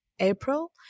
April